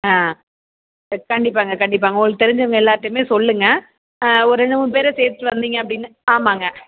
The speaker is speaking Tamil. ஆ க கண்டிப்பாகங்க கண்டிப்பாகங்க உங்களுக்கு தெரிஞ்சவங்க எல்லார்ட்டியுமே சொல்லுங்கள் ஒரு ரெண்டு மூணு பேரை சேர்த்துட்டு வந்தீங்க அப்படின்னா ஆமாம்ங்க